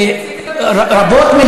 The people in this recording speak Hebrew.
ורבות,